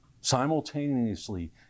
Simultaneously